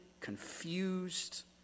confused